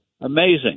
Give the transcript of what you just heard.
Amazing